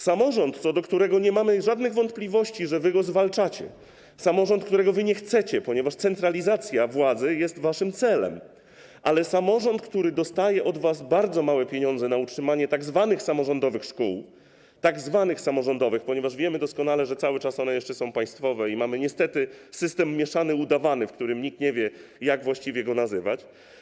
Samorząd, co do którego nie mamy żadnych wątpliwości, że wy go zwalczacie, samorząd, którego wy nie chcecie, ponieważ centralizacja władzy jest waszym celem, samorząd, który dostaje od was bardzo małe pieniądze na utrzymanie tzw. samorządowych szkół - tzw. samorządowych, ponieważ wiemy doskonale, że cały czas one jeszcze są państwowe i mamy niestety system mieszany udawany, co do którego nikt nie wie, jak właściwie go nazywać.